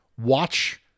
watch